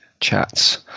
chats